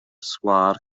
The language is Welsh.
sgwâr